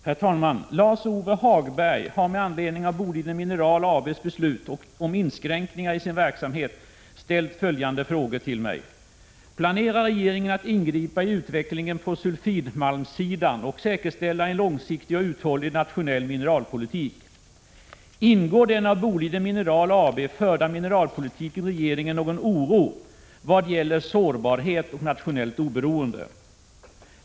Herr talman! Lars-Ove Hagberg har med anledning av Boliden Mineral AB:s beslut om inskränkningar i sin verksamhet ställt följande frågor till mig: 1. Planerar regeringen att ingripa i utvecklingen på sulfidmalmssidan och säkerställa en långsiktig och uthållig nationell mineralpolitik? 2. Inger den av Boliden Mineral AB förda mineralpolitiken regeringen någon oro vad gäller sårbarhet och nationellt oberoende? 3.